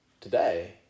today